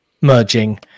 merging